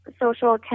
social